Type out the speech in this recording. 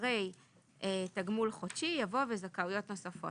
אחרי "תגמול חודשי" יבוא "וזכאויות נוספות"